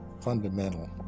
fundamental